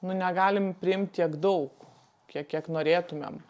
nu negalim priimt tiek daug kiek kiek norėtumėm